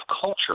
culture